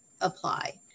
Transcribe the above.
apply